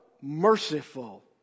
merciful